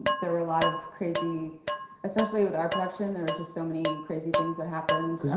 there were a lot of crazy especially with our production, there were just so many crazy things that happened.